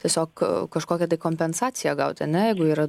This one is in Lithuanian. tiesiog kažkokią tai kompensaciją gaut ane jeigu yra